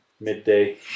midday